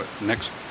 Next